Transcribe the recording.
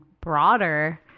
broader